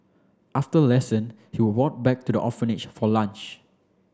after lesson he would walk back to the orphanage for lunch